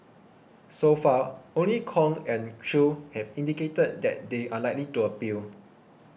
so far only Kong and Chew have indicated that they are likely to appeal